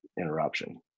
interruption